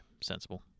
Sensible